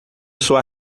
sua